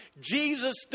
Jesus